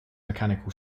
mechanical